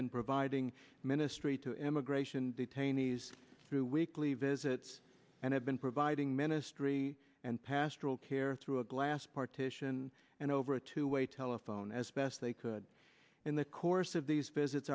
been providing ministry to immigration detainees through weekly visits and have been providing ministry and pastoral care through a glass partition and over a two way telephone as best they could in the course these visits